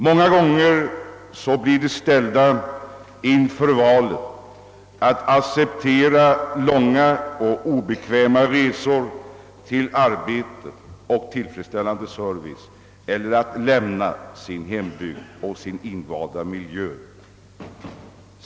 Många gånger blir människorna där ställda inför valet att antingen acceptera långa och obekväma resor till arbetet och de serviceanordningar de vill anlita eller att lämna hembygden och den invanda miljön.